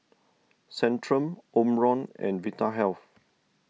Centrum Omron and Vitahealth